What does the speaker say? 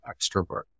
extrovert